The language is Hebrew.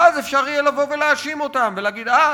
ואז אפשר יהיה לבוא ולהאשים אותם ולהגיד: אה,